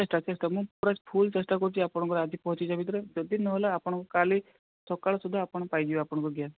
ଚେଷ୍ଟା ଚେଷ୍ଟା ମୁଁ ପୁରା ଫୁଲ୍ ଚେଷ୍ଟା କରୁଛି ଆପଣଙ୍କର ଆଜି ପହଞ୍ଚିଯିବା ଭିତରେ ଯଦି ନହେଲା ଆପଣଙ୍କୁ କାଲି ସକାଳ ସୁଦ୍ଧା ଆପଣ ପାଇଯିବେ ଆପଣଙ୍କ ଗ୍ୟାସ୍